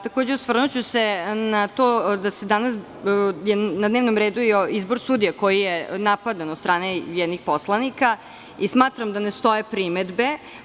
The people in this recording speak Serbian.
Takođe, osvrnuću se na to da je danas na dnevnom redu izbor sudija koji je napadan od strane nekih poslanika i smatram da ne stoje primedbe.